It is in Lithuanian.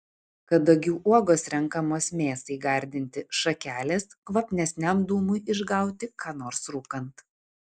kadagių uogos renkamos mėsai gardinti šakelės kvapnesniam dūmui išgauti ką nors rūkant